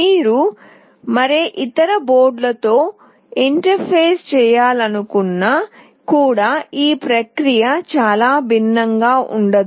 మీరు మరే ఇతర బోర్డుతో ఇంటర్ఫేస్ చేయాలనుకున్నా కూడా ఈ ప్రక్రియ చాలా భిన్నంగా ఉండదు